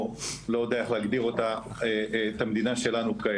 או לא יודע איך להגדיר את המדינה שלנו כעת.